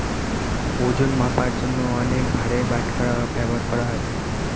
ওজন মাপার জন্য অনেক ভারের বাটখারা ব্যবহার করা হয়